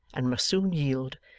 and must soon yield,